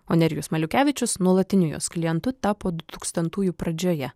o nerijus maliukevičius nuolatiniu jos klientu tapo du tūkstantųjų pradžioje